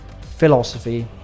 philosophy